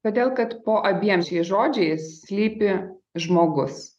todėl kad po abiem šiais žodžiais slypi žmogus